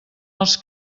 els